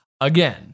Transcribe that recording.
Again